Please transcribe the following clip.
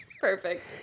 Perfect